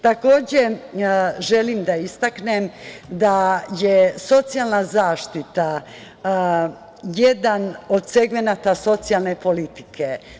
Takođe želim da istaknem da je socijalna zaštita jedan od segmenata socijalne politike.